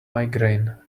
migraine